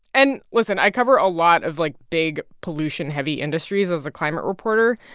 and, listen, i cover a lot of, like, big, pollution-heavy industries as a climate reporter.